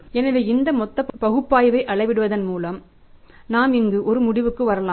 எனவே இந்த மொத்த பகுப்பாய்வை அளவிடுவதன் மூலம் நாம் இங்கு ஒரு முடிவுக்கு வரலாம்